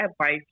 advice